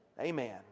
Amen